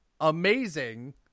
Amazing